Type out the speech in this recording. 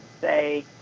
say